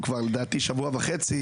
לדעתי אנחנו כבר שבוע וחצי,